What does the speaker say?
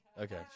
Okay